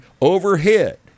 overhead